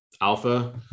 alpha